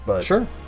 Sure